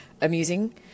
amusing